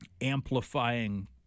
amplifying